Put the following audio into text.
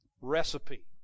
recipe